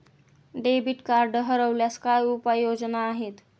Debit card हरवल्यास काय उपाय योजना आहेत?